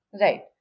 Right